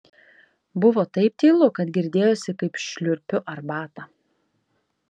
buvo taip tylu kad girdėjosi kaip šliurpiu arbatą